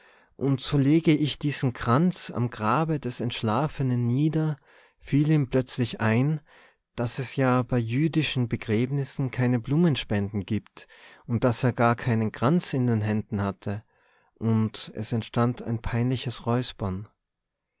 und so lege ich diesen kranz am grabe des entschlafenen nieder fiel ihm plötzlich ein daß es ja bei jüdischen begräbnissen keine blumenspenden gibt und daß er gar keinen kranz in den händen hatte und es entstand ein peinliches räuspern